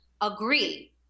agree